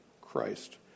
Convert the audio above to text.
Christ